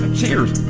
Cheers